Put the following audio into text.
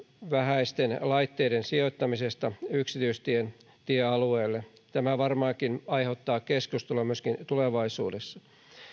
vähäisten laitteiden sijoittamisesta yksityistien tiealueelle tämä varmaankin aiheuttaa keskustelua myöskin tulevaisuudessa